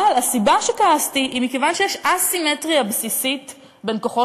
אבל הסיבה שכעסתי היא שיש אסימטריה בסיסית בין כוחו